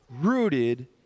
rooted